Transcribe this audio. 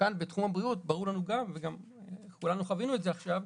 כאן בתחום הבריאות ברור לנו, וכולנו חווינו עכשיו,